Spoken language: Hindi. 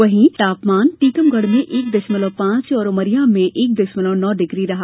वहीं तापमान टीकमगढ़ में एक दशमलव पांच और उमरिया में एक दशमलव नौ डिग्री रहा